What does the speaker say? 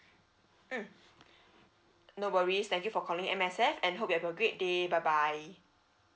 mm no worries thank you for calling M_S_F and hope you have a great day bye bye